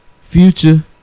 Future